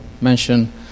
mention